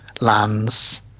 lands